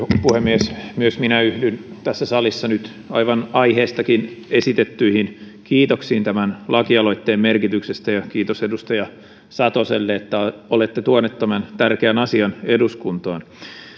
puhemies myös minä yhdyn tässä salissa nyt aivan aiheestakin esitettyihin kiitoksiin tämän lakialoitteen merkityksestä kiitos edustaja satoselle että olette tuonut tämän tärkeän asian eduskuntaan